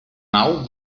nau